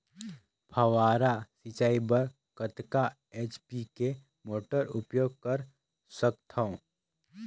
फव्वारा सिंचाई बर कतका एच.पी के मोटर उपयोग कर सकथव?